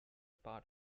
part